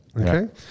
okay